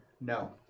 No